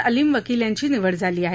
अलीम वकील यांची निवड झाली आहे